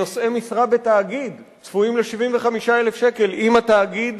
נושאי משרה בתאגיד צפויים ל-75,000 שקל אם התאגיד